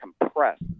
compressed